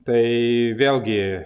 tai vėlgi